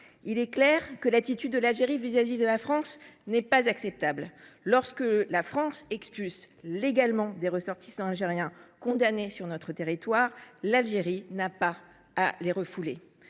Il est clair que l’attitude actuelle de l’Algérie vis à vis de la France n’est pas acceptable. Lorsque la France expulse légalement des ressortissants algériens condamnés sur son territoire, l’Algérie n’a pas à les refouler.